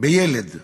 בילד,